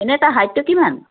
এনে তাৰ হাইটতো কিমান